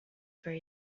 for